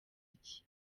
iki